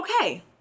Okay